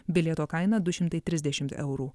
bilieto kaina du šimtai trisdešimt eurų